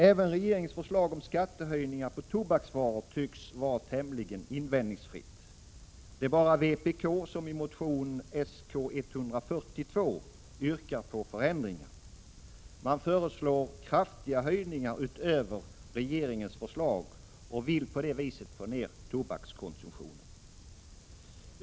Även regeringens förslag om skattehöjningar på tobaksvaror tycks vara tämligen invändningsfritt. Det är bara vpk, som i motion Sk142 yrkar på förändringar. Man föreslår kraftiga höjningar utöver regeringens förslag och vill på det viset få ned tobakskonsumtionen.